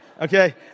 Okay